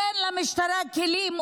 תן למשטרה כלים,